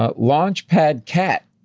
ah launchpadcat,